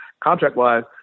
contract-wise